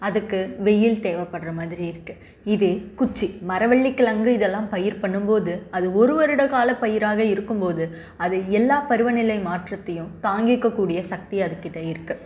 அதுக்கு வெயில் தேவைப்படுகிற மாதிரி இருக்குது இதே குச்சு மரவள்ளிக்கிழங்கு இதெல்லாம் பயிர் பண்ணும் போது அது ஒரு வருடம் கால பயிராக இருக்கும் போது அது எல்லா பருவநிலை மாற்றத்தையும் தாங்கிக்கக்கூடிய சக்தி அதுகிட்ட இருக்குது